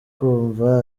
kumva